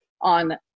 on